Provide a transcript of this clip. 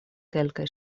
kelkaj